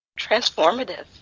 Transformative